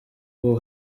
ubu